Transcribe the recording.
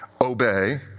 obey